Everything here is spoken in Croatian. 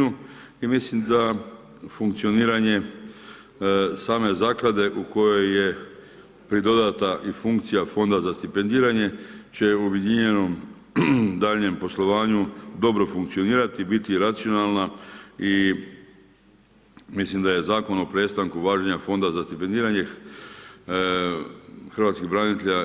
2 i mislim da funkcioniranje same zaklade u kojoj je pridodana i funkcija i fonda za stipendiranje će u objedinjenom daljnjem poslovanju dobro funkcionirati i biti racionalna i mislim da je Zakon o prestanku važenja fonda za stipendiranje hrvatskih branitelja